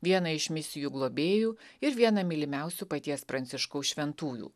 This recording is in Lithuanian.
vieną iš misijų globėjų ir vieną mylimiausių paties pranciškaus šventųjų